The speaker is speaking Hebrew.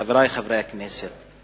חברי חברי הכנסת,